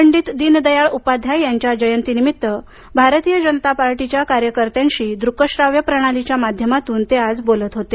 पंडित दीनदयाळ उपाध्याय यांच्या जयंतीनिमित्त भारतीय जनता पार्टीच्या कार्यकर्त्यांशी दृकश्राव्य प्रणालीच्या माध्यमातून ते आज बोलत होते